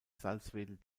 salzwedel